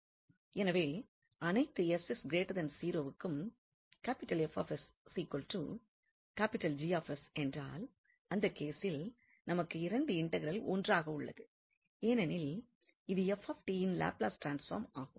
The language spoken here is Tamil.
0 எனவே அனைத்து க்கும் என்றால் அந்த கேசில் நமக்கு இரண்டு இன்டெக்ரல் ஒன்றாக உள்ளது ஏனெனில் இது யின் லாப்லஸ் ட்ரான்ஸ்பார்ம் ஆகும்